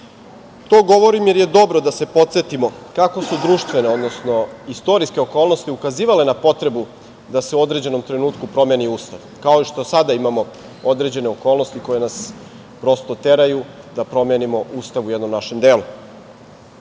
To govorim jer je dobro da se podsetimo kako su društvene, odnosno istorijske okolnosti ukazivale na potrebu da se u određenom trenutku promeni Ustav, kao što i sada imamo određene okolnosti koje nas, prosto, teraju da promenimo Ustav u jednom našem